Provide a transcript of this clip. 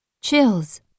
chills